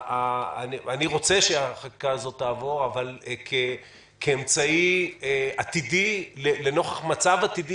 אני רוצה שהחקיקה הזו תעבור אבל כאמצעי עתידי לנוכח מצב עתידי